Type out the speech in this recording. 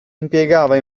impiegava